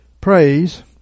Praise